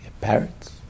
parrots